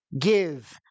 give